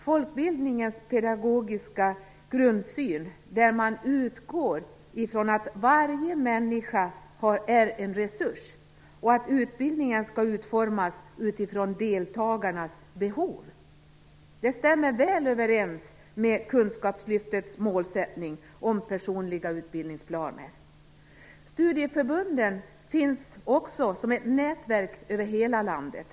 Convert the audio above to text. Folkbildningens pedagogiska grundsyn, där man utgår ifrån att varje människa är en resurs och att utbildningen skall utformas utifrån deltagarnas behov, stämmer väl överens med Kunskapslyftets målsättning om personliga utbildningsplaner. Studieförbunden finns också som ett nätverk över hela landet.